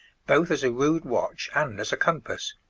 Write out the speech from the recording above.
both as a rude watch and as a compass.